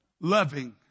loving